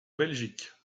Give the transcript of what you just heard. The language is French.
belgique